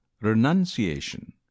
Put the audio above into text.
Renunciation